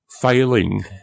failing